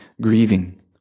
grieving